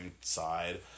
side